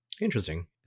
Interesting